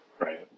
right